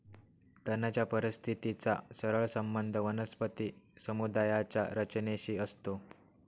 तणाच्या परिस्थितीचा सरळ संबंध वनस्पती समुदायाच्या रचनेशी असतो